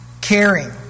caring